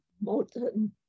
modern